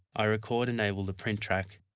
i record enable the print track,